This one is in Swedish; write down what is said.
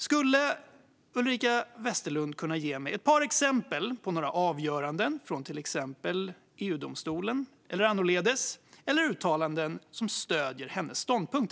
Skulle Ulrika Westerlund kunna ge mig ett par exempel på avgöranden eller uttalanden som kommit från EU-domstolen eller annorledes och som stöder hennes ståndpunkt?